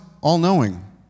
all-knowing